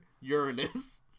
uranus